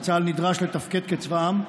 צה"ל נדרש לתפקד כצבא העם,